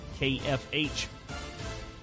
KFH